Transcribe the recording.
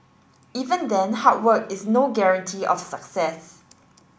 even then hard work is no guarantee of success